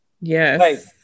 yes